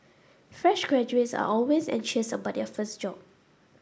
fresh graduates are always anxious about their first job